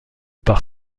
par